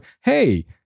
hey